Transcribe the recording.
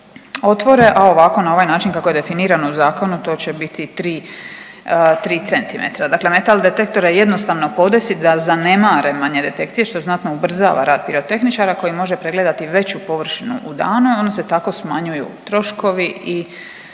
otvore, a ovako na ovaj način kako je definirano u zakonu, to će biti 3 cm. Dakle metal-detektore je jednostavno podesiti da zanemare manje detekcije što znatno ubrzava rad pirotehničara koji može pregledati veću površinu u danu, oni se tako smanjuju troškovi i